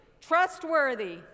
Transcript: Trustworthy